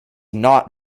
not